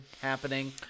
happening